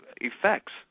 effects